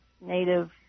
native